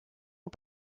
ont